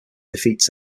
defeats